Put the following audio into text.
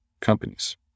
companies